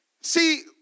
See